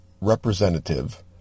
representative